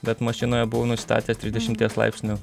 bet mašinoje buvau nusistatęs trisdešimties laipsnių